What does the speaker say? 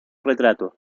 retrato